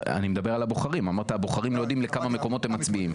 אני מדבר על הבוחרים אמרת הבוחרים לא יודעים לכמה מקומות הם מצביעים.